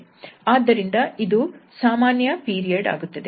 ಆದ್ದರಿಂದ ಇದು ಸಾಮಾನ್ಯ ಪೀರಿಯಡ್ ಆಗುತ್ತದೆ